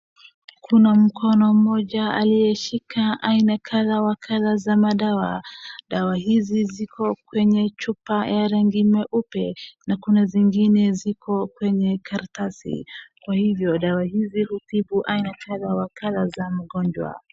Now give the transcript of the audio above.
Kuna mkono moja aliyeshika aina kadhaa wa kadhaa za madawa ,dawa hizi ziko kwenye chupa ya rangi meupe na kuna zingine ziko kwenye karatasi, kwa hivyo dawa hizi hutibu aina kadha wa kadha za magonjwa.